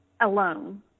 alone